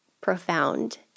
profound